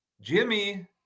Jimmy